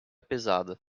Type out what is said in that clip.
pesada